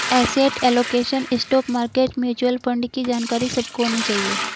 asset allocation, stock market, mutual fund की जानकारी सबको होनी चाहिए